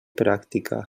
pràctica